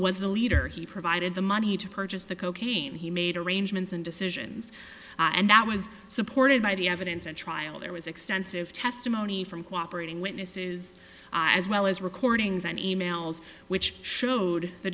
was the leader he provided the money to purchase the cocaine he made arrangements and decisions and that was supported by the evidence at trial there was extensive testimony from cooperate in witnesses as well as recordings and e mails which showed the